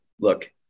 look